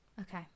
Okay